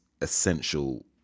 essential